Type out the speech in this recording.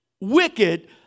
wicked